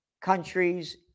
countries